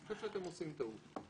אני חושב שאתם עושים טעות.